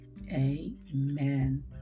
Amen